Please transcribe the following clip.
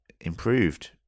improved